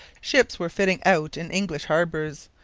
ships were fitting out in english harbours.